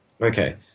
okay